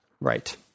Right